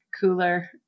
cooler